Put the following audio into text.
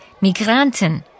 Migranten